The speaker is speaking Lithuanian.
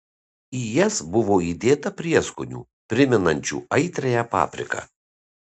į jas buvo įdėta prieskonių primenančių aitriąją papriką